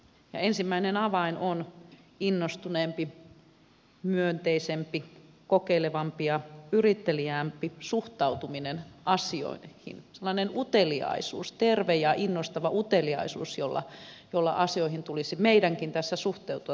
ensimmäinen avain on innostuneempi myönteisempi kokeilevampi ja yritteliäämpi suhtautuminen asioihin sellainen uteliaisuus terve ja innostava uteliaisuus jolla asioihin tulisi meidänkin tässä suhtautua